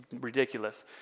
ridiculous